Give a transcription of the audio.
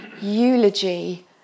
eulogy